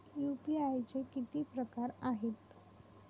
UPI चे किती प्रकार आहेत?